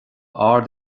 ard